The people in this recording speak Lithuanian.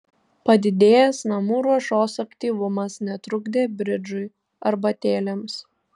padidėjęs namų ruošos aktyvumas netrukdė bridžui arbatėlėms